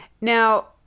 Now